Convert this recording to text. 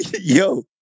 Yo